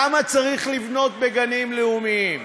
למה צריך לבנות בגנים לאומיים?